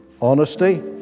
honesty